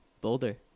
Boulder